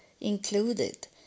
included